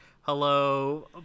hello